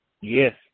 Yes